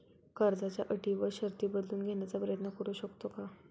कर्जाच्या अटी व शर्ती बदलून घेण्याचा प्रयत्न करू शकतो का?